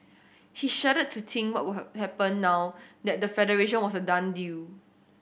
he shuddered to think what were happen now that the federation was a done deal